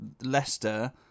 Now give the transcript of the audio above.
Leicester